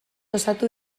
osatu